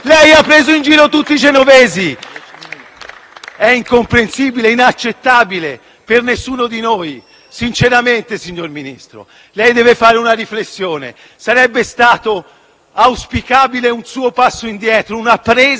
incomprensibile e inaccettabile per ognuno di noi. Signor Ministro, lei deve fare una riflessione: sarebbe stato auspicabile un suo passo indietro, una presa d'atto,